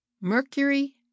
Mercury